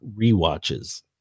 rewatches